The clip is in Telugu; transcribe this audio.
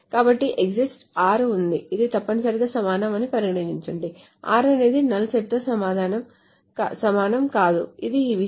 కాబట్టి exists r ఉంది ఇది తప్పనిసరిగా సమానం అని పరిగణించండి r అనేది నల్ సెట్తో సమానం కాదు ఇది ఈ విషయం